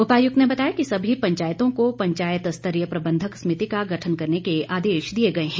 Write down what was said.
उपायुक्त ने बताया कि सभी पंचायतों को पंचायत स्तरीय प्रबंधक समिति का गठन करने के आदेश दिए गए हैं